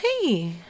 Hey